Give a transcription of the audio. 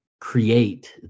create